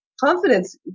confidence